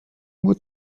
بود